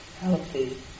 healthy